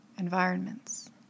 environments